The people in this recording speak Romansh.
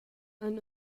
han